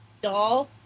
doll